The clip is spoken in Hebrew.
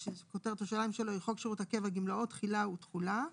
חוק שירות הקבע (גמלאות) תחילה ותחולה33.